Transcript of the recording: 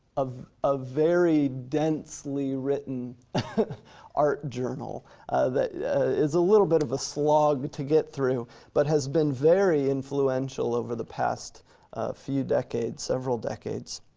ah very densely written art journal that is a little bit of a slog to get through but has been very influential over the past few decades, several decades.